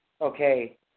Okay